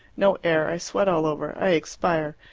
no air i sweat all over. i expire.